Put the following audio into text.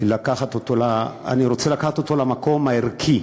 לקחת אותו למקום הערכי.